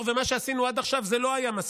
ומה שעשינו עד עכשיו לא היה מספיק,